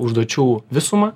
užduočių visumą